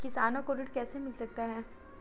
किसानों को ऋण कैसे मिल सकता है?